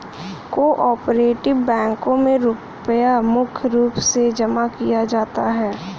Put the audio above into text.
को आपरेटिव बैंकों मे रुपया मुख्य रूप से जमा किया जाता है